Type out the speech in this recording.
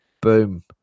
boom